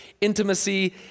intimacy